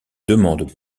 demande